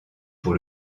pour